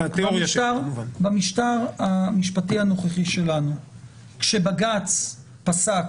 במשטר המשפטי הנוכחי שלנו כשבג"ץ פסק